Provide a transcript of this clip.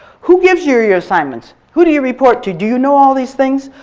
who gives you your assignments? who do you report to? do you know all of these things?